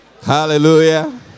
hallelujah